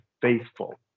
faithful